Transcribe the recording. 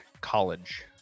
college